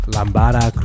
Lambada